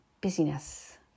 busyness